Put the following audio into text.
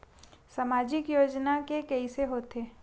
सामाजिक योजना के कइसे होथे?